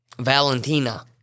Valentina